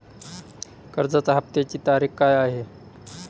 कर्जाचा हफ्त्याची तारीख काय आहे?